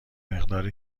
مقدار